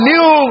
New